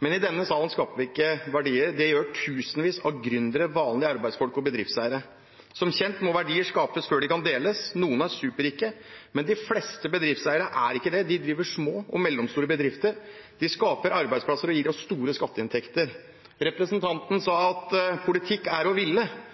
Men i denne salen skaper vi ikke verdier – det gjør tusenvis av gründere, vanlige arbeidsfolk og bedriftseiere. Som kjent må verdier skapes før de kan deles. Noen er superrike, men de fleste bedriftseiere er ikke det. De driver små og mellomstore bedrifter, de skaper arbeidsplasser og gir oss store skatteinntekter. Representanten sa at politikk er å ville.